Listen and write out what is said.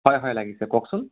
হয় হয় লাগিছে কওকচোন